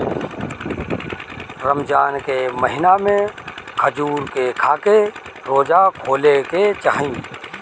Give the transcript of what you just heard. रमजान के महिना में खजूर के खाके रोज़ा खोले के चाही